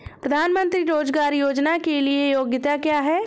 प्रधानमंत्री रोज़गार योजना के लिए योग्यता क्या है?